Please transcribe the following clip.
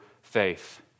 faith